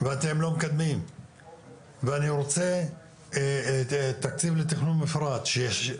אתם לא מקדמים ואני רוצה תקציב לתכנון מפורט שיש.